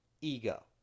ego